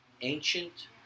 Ancient